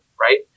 right